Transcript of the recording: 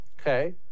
Okay